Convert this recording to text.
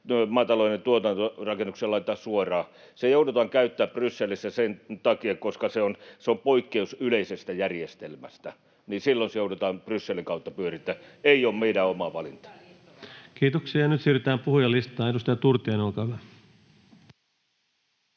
maatalouden tuotantorakennuksista, miksei sitä laiteta suoraan. Se joudutaan käyttämään Brysselissä sen takia, koska se on poikkeus yleisestä järjestelmästä, silloin se joudutaan Brysselin kautta pyörittämään. Ei se ole meidän oma valinta. [Leena Meri: Hyvä liittovaltio!] Kiitoksia. — Ja nyt siirrytään puhujalistaan. — Edustaja Turtiainen, olkaa hyvä.